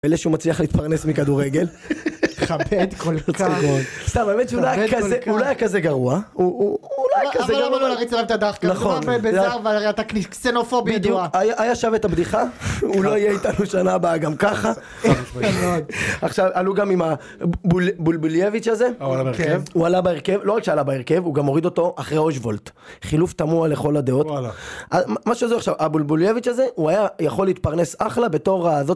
פלא שהוא מצליח להתפרנס מכדורגל. מחרטט כל כך. סתם האמת שהוא לא היה כזה גרוע. הוא לא היה כזה גרוע. אבל למה לא להריץ עליו את הדחקא? מדובר בזר והרי אתה... קסינופובי. היה שווה את הבדיחה. הוא לא יהיה אתנו שנה הבאה גם ככה. עכשיו, עלו גם עם הבולבוליאביץ' הזה. הוא עלה בהרכב. לא רק שעלה בהרכב, הוא גם הוריד אותו אחרי רושבולט. חילוף תמוה לכל הדעות. מה שזה עכשיו, הבולבוליאביץ' הזה, הוא היה יכול להתפרנס אחלה בתור ה....